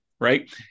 Right